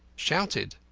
shouted,